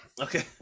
Okay